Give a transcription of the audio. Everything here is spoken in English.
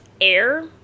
air